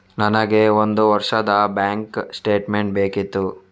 ನನಗೆ ಒಂದು ವರ್ಷದ ಬ್ಯಾಂಕ್ ಸ್ಟೇಟ್ಮೆಂಟ್ ಬೇಕಿತ್ತು